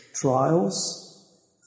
trials